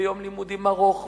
ויום לימודים ארוך,